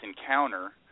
encounter